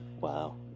Wow